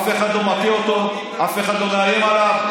אף אחד לא מכה אותו, אף אחד לא מאיים עליו.